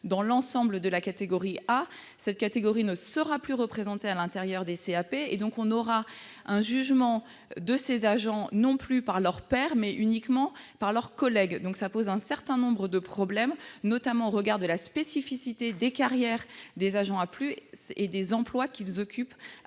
de l'ensemble de la catégorie A, cette catégorie ne sera plus représentée à l'intérieur des CAP, ce qui conduira à un jugement de ces agents non plus par leurs pairs, mais uniquement par leurs collègues. Cela posera un certain nombre de problèmes, notamment au regard de la spécificité des carrières des agents de catégorie A+, et des emplois qu'ils occupent